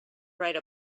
write